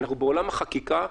אנחנו בעולם החקיקה,